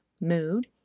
mood